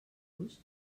los